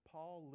Paul